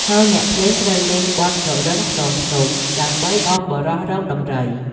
ហើយអ្នកភ្លេងត្រូវលេង បទសុរិន្ទខ្នងភ្នំ ដើម្បីអមបុរសរកដំរី។